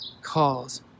calls